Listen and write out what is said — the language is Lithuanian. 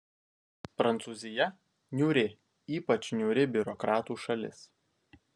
prancūzija niūri ypač niūri biurokratų šalis